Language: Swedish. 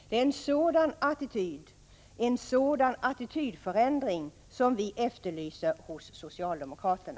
Det är en sådan attitydförändring vi efterlyser hos socialdemokraterna.